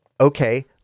Okay